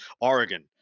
Oregon